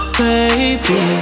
baby